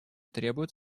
требуют